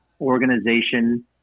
organization